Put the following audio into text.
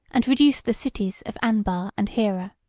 and reduced the cities of anbar and hira.